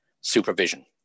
supervision